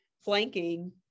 flanking